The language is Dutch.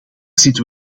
zitten